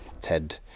TED